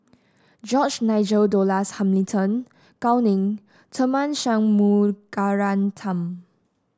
George Nigel Douglas Hamilton Gao Ning Tharman Shanmugaratnam